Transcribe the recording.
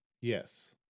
Yes